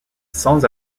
sans